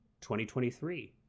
2023